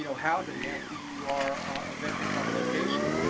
you know housing after you are evicted from a location.